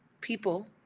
people